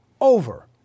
over